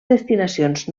destinacions